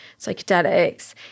psychedelics